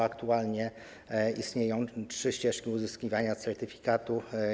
Aktualnie istnieją trzy ścieżki uzyskiwania certyfikatu.